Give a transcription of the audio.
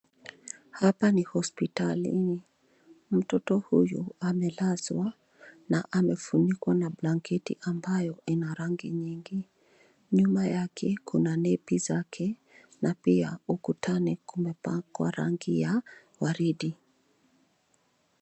Hapa ni hospitalini, mtoto huyu amelazwa na amefunikwa na blanketi ambayo ina rangi nyingi. Nyuma yake kuna nepi zake, na pia ukutani kumepakwa rangi ya waridi.